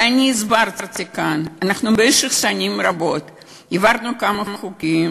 ואני הסברתי כאן: אנחנו במשך שנים רבות העברנו כמה חוקים,